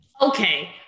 Okay